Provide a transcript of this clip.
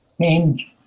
change